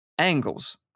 angles